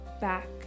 Back